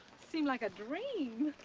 seems like a dream.